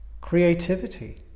creativity